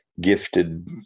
gifted